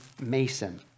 mason